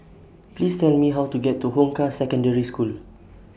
Please Tell Me How to get to Hong Kah Secondary School